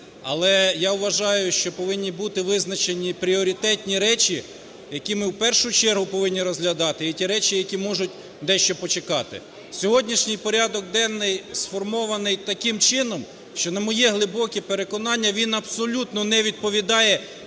але я вважаю, що повинні бути визначені пріоритетні речі, які ми в першу чергу повинні розглядати, і ті речі, які можуть дещо почекати. Сьогоднішній порядок денний сформований таким чином, що, на моє глибоке переконання, він абсолютно не відповідає